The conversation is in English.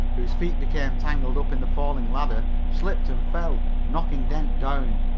whose feet became tangled up in the falling ladder, slipped and fell, knocking dent down,